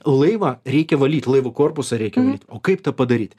laivą reikia valyt laivo korpusą reikia o kaip tą padaryt